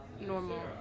normal